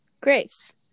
Grace